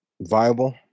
viable